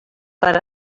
per